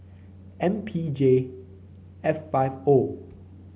M P J F five O